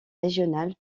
régional